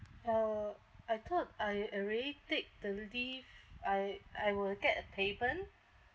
uh I thought I already take I I will get a payment